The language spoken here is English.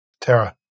Tara